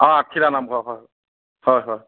অঁ আঠখেলীয়া নামঘৰ হয় হয় হয়